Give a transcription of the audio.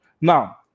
Now